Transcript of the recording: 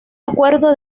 acuerdo